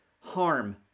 harm